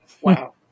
Wow